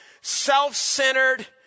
self-centered